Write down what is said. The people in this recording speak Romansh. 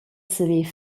saver